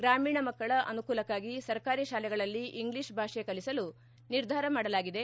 ಗ್ರಾಮೀಣ ಮಕ್ಕಳ ಅನುಕೂಲಕ್ಕಾಗಿ ಸರ್ಕಾರಿ ಶಾಲೆಗಳಲ್ಲಿ ಇಂಗ್ಲೀಷ್ ಭಾಷೆ ಕಲಿಸಲು ನಿರ್ಧಾರ ಮಾಡಲಾಗಿದೆ